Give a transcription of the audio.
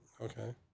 Okay